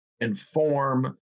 inform